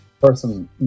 person